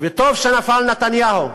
טוב שנפל נתניהו.